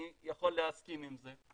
אני יכול להסכים עם זה,